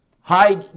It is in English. hi